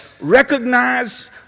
recognize